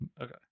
okay